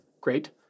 great